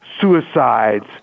suicides